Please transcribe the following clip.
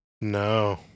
No